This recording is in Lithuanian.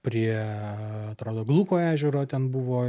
prie atrodo glūko ežero ten buvo